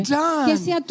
done